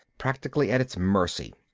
practically at its mercy.